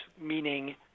meaning